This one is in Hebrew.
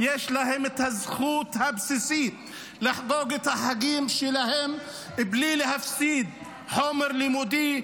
יש את הזכות הבסיסית לחגוג את החגים שלהם בלי להפסיד חומר לימודי,